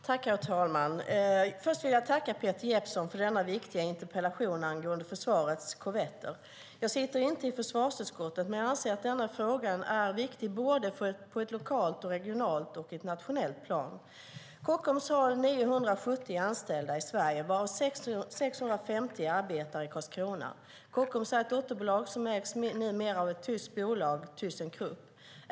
Herr talman! Först vill jag tacka Peter Jeppsson för denna viktiga interpellation om försvarets korvetter. Jag sitter inte i försvarsutskottet, men jag anser att denna fråga är viktig på ett lokalt, regionalt och nationellt plan. Kockums har 970 anställda i Sverige, varav 650 arbetar i Karlskrona. Kockums är ett dotterbolag som numera ägs av ett tyskt bolag, Thyssen Krupp.